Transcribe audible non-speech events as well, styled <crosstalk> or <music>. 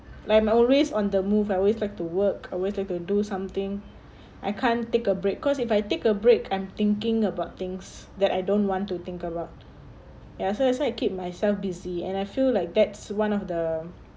like I'm always on the move I always like to work I always like to do something <breath> I can't take a break cause if I take a break I'm thinking about things that I don't want to think about ya as long as I keep myself busy and I feel like that's one of the